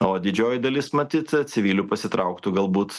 o didžioji dalis matyt civilių pasitrauktų galbūt